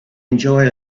enjoy